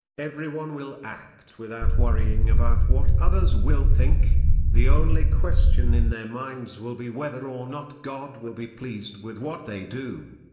everyone will act without worrying about what others will think the only question in their minds will be whether or not god will be pleased with what they do.